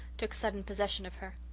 took sudden possession of her.